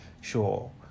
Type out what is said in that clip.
sure